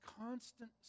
constant